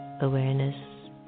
awareness